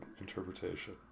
interpretation